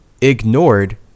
ignored